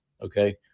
okay